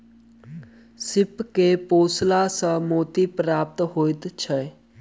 सीप के पोसला सॅ मोती प्राप्त होइत छै